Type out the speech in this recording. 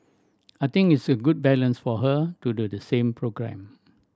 I think it's a good balance for her to do the same programme